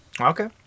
Okay